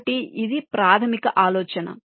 కాబట్టి ఇది ప్రాథమిక ఆలోచన